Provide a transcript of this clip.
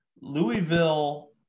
Louisville